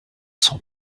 sont